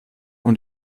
und